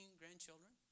grandchildren